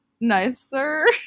nicer